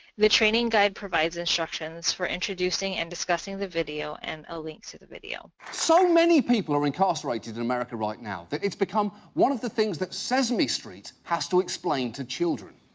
the training guide provides instructions for introducing and discussing the video and a link to the video. so many people are incarcerated in america right now that it's become one of the things that sesame street has to explain to children.